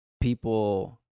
people